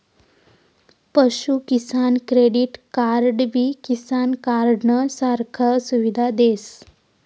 पशु किसान क्रेडिट कार्डबी किसान कार्डनं सारखा सुविधा देस